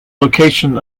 location